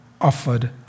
offered